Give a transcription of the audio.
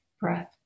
breath